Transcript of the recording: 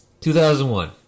2001